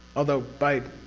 although by.